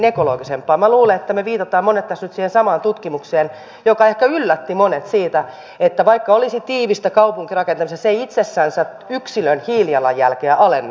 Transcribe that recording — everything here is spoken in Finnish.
minä luulen että meistä monet viittaavat tässä nyt siihen samaan tutkimukseen joka ehkä yllätti monet siitä että vaikka olisi tiivistä kaupunkirakentamista se ei itsessänsä yksilön hiilijalanjälkeä alenna